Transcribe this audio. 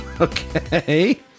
Okay